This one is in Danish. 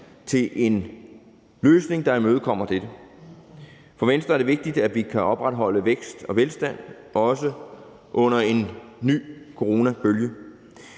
finde en løsning, der imødekommer dette. For Venstre er det vigtigt, at vi kan opretholde vækst og velstand og også kan det under en ny coronabølge.